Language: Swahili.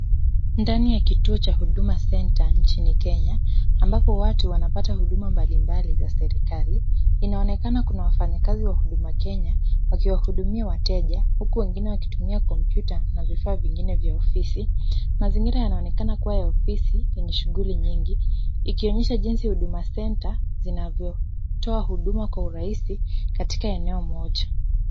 Ndani ya kituo cha Huduma Centre nchini Kenya ambapo watu wanapata huduma mbalimbali za serikali. Inaonekana kuna wafanyikazi wa Huduma Kenya wakiwahudumia wateja huku wengine wakitumia kompyuta na vifaa vingine vya ofisi. Mazingira yanaonekana kuwa ya ofisi yenye shughuli nyingi ikionyesha jinsi Huduma Centre zinavyotoa huduma kwa urahisi katika eneo moja.